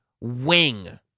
wing